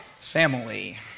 family